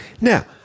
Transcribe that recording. Now